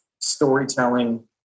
storytelling